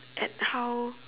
at how